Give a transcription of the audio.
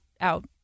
out